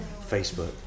Facebook